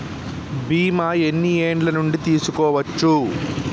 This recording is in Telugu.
బీమా ఎన్ని ఏండ్ల నుండి తీసుకోవచ్చు?